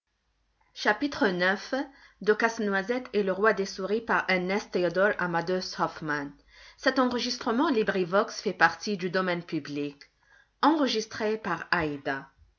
entre casse-noisette et le roi des souris